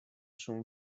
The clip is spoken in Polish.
szum